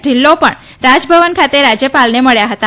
ઢીલ્લો પણ રાજભવન ખાતે રાજ્યપાલને મળ્યા હતા